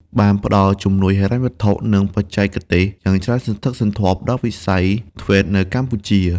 បានផ្តល់ជំនួយហិរញ្ញវត្ថុ និងបច្ចេកទេសយ៉ាងច្រើនសន្ធឹកសន្ធាប់ដល់វិស័យ ធ្វេត TVET នៅកម្ពុជា។